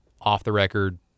off-the-record